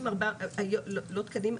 לא תקנים.